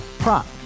Prop